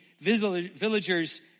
villagers